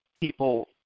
People